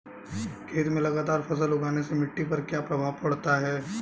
खेत में लगातार फसल उगाने से मिट्टी पर क्या प्रभाव पड़ता है?